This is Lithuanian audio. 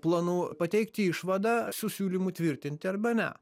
planų pateikti išvadą su siūlymu tvirtinti arba ne